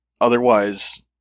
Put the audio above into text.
otherwise